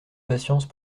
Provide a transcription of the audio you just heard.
patience